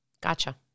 Gotcha